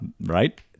Right